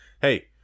hey